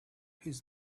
his